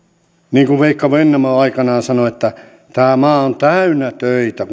niin kuin veikko vennamo aikanaan sanoi tämä maa on täynnä töitä